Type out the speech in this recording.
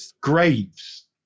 graves